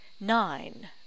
Nine